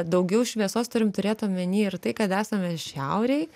daugiau šviesos turim turėt omeny ir tai kad esame šiaurėj